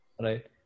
Right